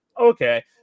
okay